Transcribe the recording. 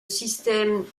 système